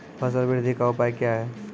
फसल बृद्धि का उपाय क्या हैं?